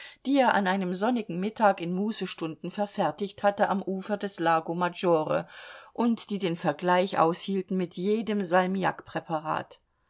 die er an einem sonnigen mittag in mußestunden verfertigt hatte am ufer des lago maggiore und die den vergleich aushielten mit jedem